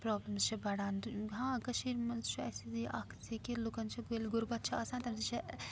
problems چھِ بَڑان ہاں کٔشیٖر منٛز چھُ اَسہِ زِ یہِ اکھ زِ کہِ لُکَن چھِ ییٚلہِ غُربت چھِ آسان تَمہِ سۭتۍ چھِ